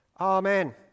Amen